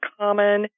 common